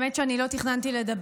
האמת היא שאני לא תכננתי לדבר,